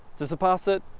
to surpass it,